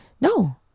No